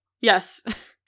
Yes